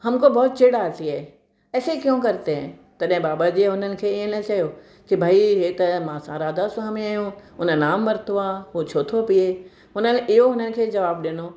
हमको बहुत चिढ़ आती है ऐसे क्यों करते है तॾहिं बाबाजीअ उन्हनि खे ईअं न चयो की भाई इहे त मां त राधास्वामी आहियूं उन नाम वरितो आहे पोइ छो थो पीए हुननि इहो उन्हनि खे जवाबु ॾिनो